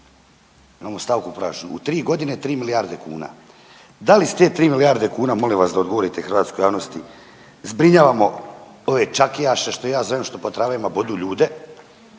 u 3 godine 3 milijarde kuna. Da li s te 3 milijarde kuna molim vas da odgovorite hrvatskoj javnosti zbrinjavamo ove čakijaše što ja zovem što po tramvajima bodu ljude